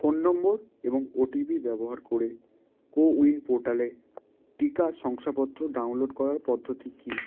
phone number এবং OTP ব্যবহার করে কোউইন পোর্টালে টিকা শংসাপত্র ডাউনলোড করার পদ্ধতি কী